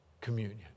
communion